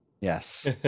Yes